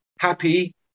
Happy